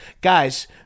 Guys